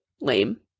lame